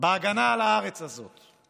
בהגנה על הארץ הזאת,